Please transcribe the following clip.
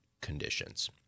conditions